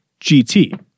GT